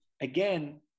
again